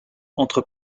entre